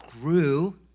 grew